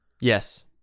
Yes